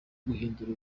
guhindura